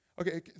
Okay